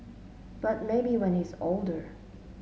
but maybe when he's older